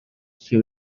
she